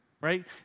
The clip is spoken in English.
right